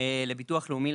להכרה לביטוח הלאומי,